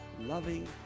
loving